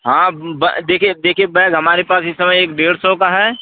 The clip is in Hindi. हाँ देखिए देखिए बैग हमारे पास इस समय एक डेढ़ सौ का है